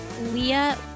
Leah